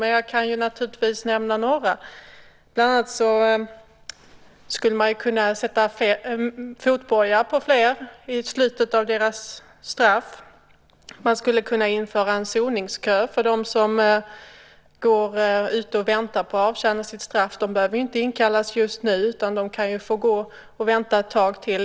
Men jag kan naturligtvis nämna några. Bland annat skulle man kunna sätta fotboja på fler i slutet av deras straff. Man skulle kunna införa en soningskö för dem som går och väntar på att avtjäna sitt straff. De behöver ju inte inkallas just nu, utan de kan få gå och vänta ett tag.